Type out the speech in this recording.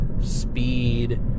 speed